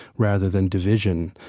rather than division.